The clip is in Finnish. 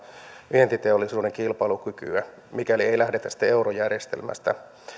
vientiteollisuuden kilpailukykyä mikäli ei sitten lähdetä eurojärjestelmästä